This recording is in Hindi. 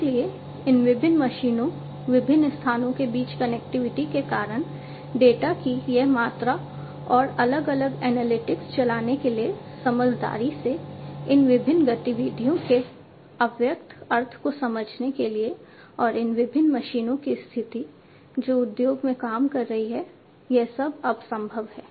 इसलिए इन विभिन्न मशीनों विभिन्न स्थानों के बीच कनेक्टिविटी के कारण डेटा की यह मात्रा और अलग अलग एनालिटिक्स चलाने के लिए समझदारी से इन विभिन्न गतिविधियों के अव्यक्त अर्थ को समझने के लिए और इन विभिन्न मशीनों की स्थिति जो उद्योग में काम कर रही हैं यह सब अब संभव है